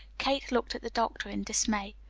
kate looked at the doctor in dismay.